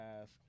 ask